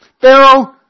Pharaoh